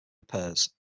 repairs